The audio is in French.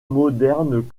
modernes